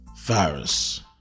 virus